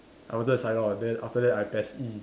I wanted to sign on then after that I PES E